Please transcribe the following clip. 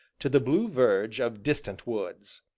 to the blue verge of distant woods.